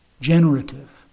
generative